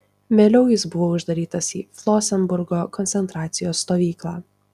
vėliau jis buvo uždarytas į flosenburgo koncentracijos stovyklą